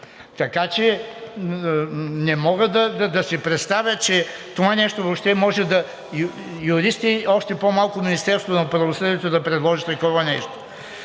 Така че не мога да си представя, че това нещо въобще може юристи, още по-малко Министерството на правосъдието, да предложат такова нещо.